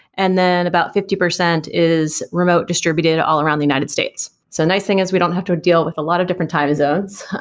and then about fifty percent is remote distributed all around the united states. so nice thing is we don't have to deal with a lot of different time zones,